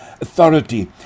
authority